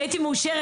אני הייתי מאושרת,